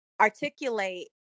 articulate